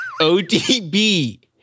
ODB